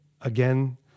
Again